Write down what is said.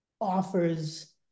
offers